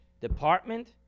department